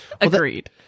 Agreed